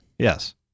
yes